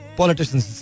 politicians